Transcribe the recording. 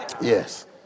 Yes